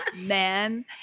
man